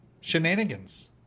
Shenanigans